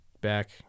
back